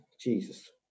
Jesus